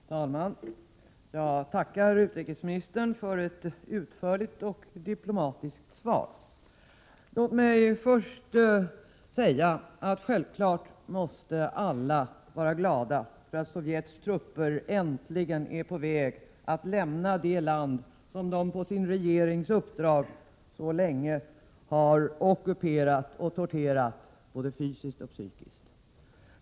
Herr talman! Jag tackar utrikesministern för ett utförligt och diplomatiskt svar. Låt mig först säga att självklart måste alla vara glada för att Sovjets trupper äntligen är på väg att lämna det land de på sin regerings uppdrag så länge har ockuperat och torterat, både fysiskt och psykiskt.